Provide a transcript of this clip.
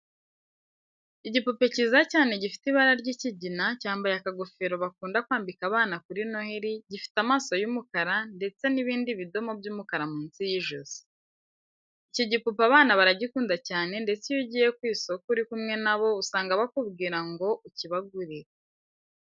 Igipupe cyiza cyane gifite ibara ry'ikigina, cyambaye akagofero bakunda kwambika abana kuri noheli, gifite amaso y'umukara ndetse n'ibindi bidomo by'umukara munsi y'ijosi. Iki gipupe abana baragikunda cyane ndetse iyo ugiye ku isoko uri kumwe na bo usanga bakubwira ngo ukibagurire.